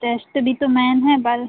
test भी तो मैन है बर